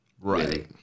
right